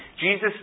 Jesus